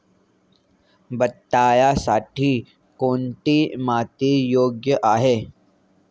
बटाट्यासाठी कोणती माती योग्य आहे?